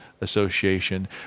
association